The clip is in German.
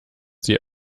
sie